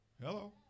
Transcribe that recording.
Hello